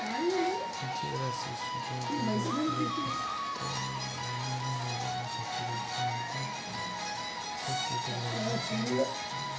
ಜೀವರಾಶಿ ವಿಸರ್ಜನೆ ತೆಗೆದುಹಾಕಲು ಅಗತ್ಯವಾದಾಗ ನೀರನ್ನು ಸ್ವಚ್ಛಗೊಳಿಸುವ ಮೂಲಕ ಜರಡಿ ಮಾಡುವ ಮೂಲಕ ಕೀಟಗಳನ್ನು ಸಂಗ್ರಹಿಸ್ಬೋದು